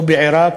לא בעיראק,